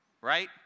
Right